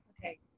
Okay